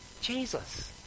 Jesus